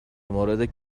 مورد